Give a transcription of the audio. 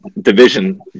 division